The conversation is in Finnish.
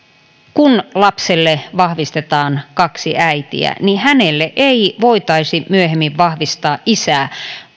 kun lapselle vahvistetaan kaksi äitiä niin hänelle ei voitaisi myöhemmin vahvistaa isää